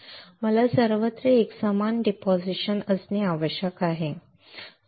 मला सर्वत्र एकसमान डिपॉझिशन असणे आवश्यक आहे